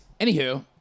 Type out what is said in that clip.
anywho